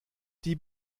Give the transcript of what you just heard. die